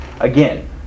again